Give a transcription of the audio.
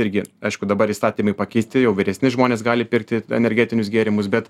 irgi aišku dabar įstatymai pakeisti jau vyresni žmonės gali pirkti energetinius gėrimus bet